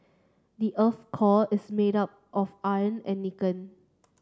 the earth's core is made of iron and